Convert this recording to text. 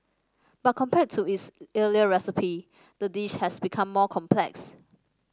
but compared to its earlier recipe the dish has become more complex